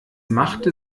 machte